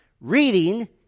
Reading